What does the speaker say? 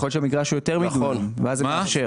יכול להיות ששטח המגרש הוא יותר מדונם ואז זה מאפשר.